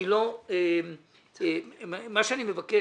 אני מבקש,